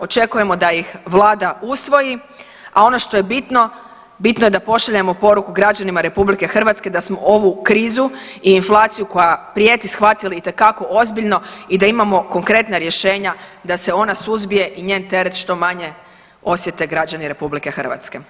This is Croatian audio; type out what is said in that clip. Očekujemo da ih vlada usvoji, a ono što je bitno, bitno je da pošaljemo poruku građanima RH da smo ovu krizu i inflaciju koja prijeti shvatili itekako ozbiljno i da imamo konkretna rješenja da se ona suzbije i njen teret što manje osjete građani RH.